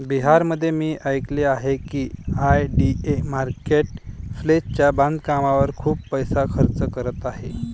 बिहारमध्ये मी ऐकले आहे की आय.डी.ए मार्केट प्लेसच्या बांधकामावर खूप पैसा खर्च करत आहे